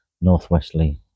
northwesterly